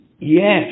Yes